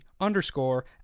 underscore